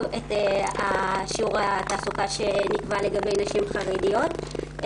את שיעור התעסוקה שנקבע לגבי נשים חרדיות,